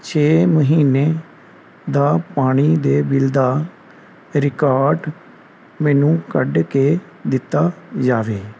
ਛੇ ਮਹੀਨੇ ਦਾ ਪਾਣੀ ਦੇ ਬਿਲ ਦਾ ਰਿਕਾਰਟ ਮੈਨੂੰ ਕੱਢ ਕੇ ਦਿੱਤਾ ਜਾਵੇ